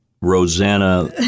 Rosanna